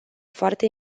foarte